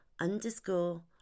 underscore